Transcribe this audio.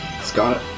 Scott